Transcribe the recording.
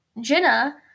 jenna